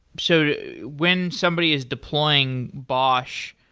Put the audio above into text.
so when somebody is deploying bosh,